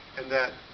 and that.